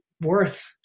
worth